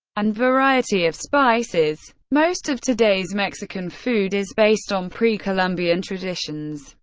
and variety of spices. most of today's mexican food is based on pre-columbian traditions,